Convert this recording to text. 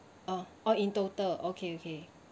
oh oh in total okay okay